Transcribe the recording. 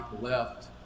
left